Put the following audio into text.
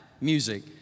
music